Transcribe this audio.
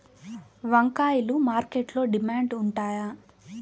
వంకాయలు మార్కెట్లో డిమాండ్ ఉంటాయా?